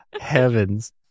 Heavens